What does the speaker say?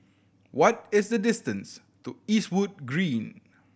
what is the distance to Eastwood Green